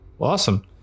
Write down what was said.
awesome